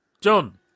John